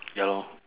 ya lor